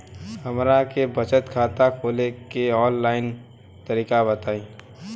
हमरा के बचत खाता खोले के आन लाइन तरीका बताईं?